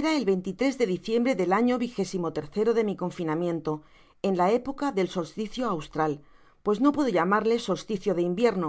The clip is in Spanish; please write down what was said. era el de diciembre del ano vigésimo tercero de mi confinamiento en la época del solsticio austral pues no puedo llamarle solsticio de invierno